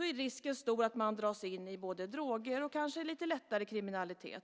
är risken stor att man dras in i både droger och kanske lite lättare kriminalitet.